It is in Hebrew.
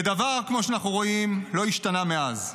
וכמו שאנחנו רואים, דבר לא השתנה מאז.